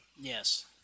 Yes